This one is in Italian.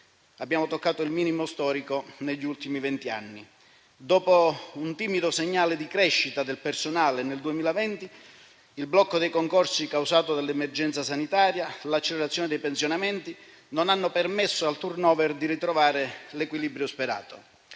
abbiamo toccato il minimo storico negli ultimi vent'anni. Dopo un timido segnale di crescita del personale nel 2020, il blocco dei concorsi causato dall'emergenza sanitaria e l'accelerazione dei pensionamenti non hanno permesso al *turnover* di ritrovare l'equilibrio sperato.